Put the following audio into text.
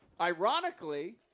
ironically